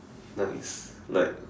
nice like